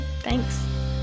thanks